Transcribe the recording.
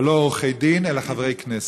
אבל לא עורכי-דין אלא חברי כנסת.